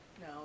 No